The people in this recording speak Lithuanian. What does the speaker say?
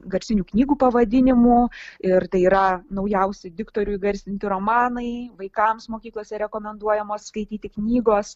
garsinių knygų pavadinimų ir tai yra naujausi diktorių įgarsinti romanai vaikams mokyklose rekomenduojamos skaityti knygos